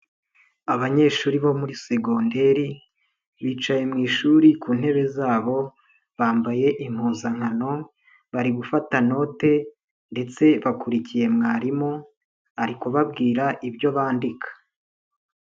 Abanyeshuri bo muri segonderi bicaye mu ishuri ku ntebe zabo, bambaye impuzankano bari gufata note ndetse bakurikiye mwarimu ari kubabwira ibyo bandika.